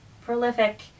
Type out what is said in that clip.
prolific